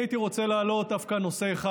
אני הייתי רוצה להעלות דווקא נושא אחד.